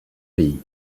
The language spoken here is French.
pays